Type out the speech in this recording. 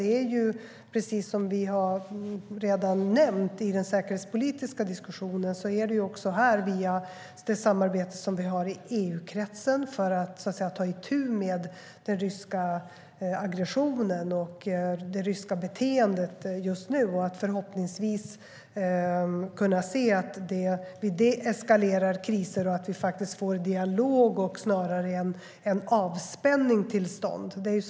Precis som vi redan har nämnt i den säkerhetspolitiska diskussionen är det också här via det samarbete vi har i EU-kretsen vi hoppas kunna ta itu med den ryska aggressionen och det ryska beteendet just nu. Förhoppningsvis kan vi få dem att se att det eskalerar kriser och få en dialog och en avspänning till stånd.